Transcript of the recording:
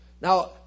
Now